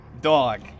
dog